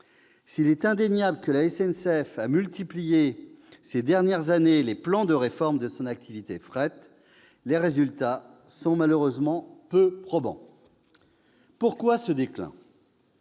S'il est indéniable que la SNCF a multiplié ces dernières années les plans de réforme de son activité fret, les résultats sont malheureusement peu probants. Pourquoi ce déclin ?